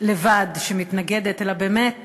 לבד שמתנגדת אלא באמת